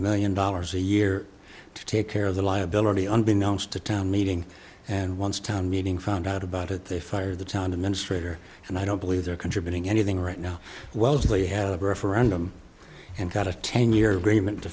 million dollars a year to take care of the liability unbeknownst to town meeting and once town meeting found out about it they fired the town administrator and i don't believe they're contributing anything right now wellesley had a referendum and got a ten year breman to